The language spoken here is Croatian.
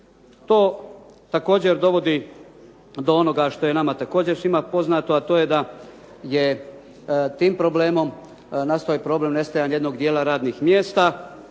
To također dovodi do onoga što je nama također svima poznato, a to je da je tim problemom nastao problem nestajanje jednog dijela radnih mjesta,